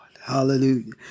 hallelujah